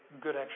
good